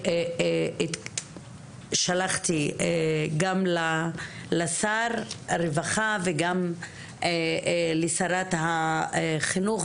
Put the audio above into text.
שלחתי גם לשר הרווחה וגם לשרת החינוך,